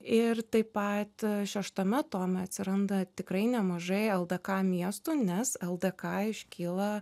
ir taip pat šeštame tome atsiranda tikrai nemažai ldk miestų nes ldk iškyla